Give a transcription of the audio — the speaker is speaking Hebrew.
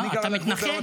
אה, אתה מתנחל.